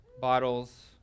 bottles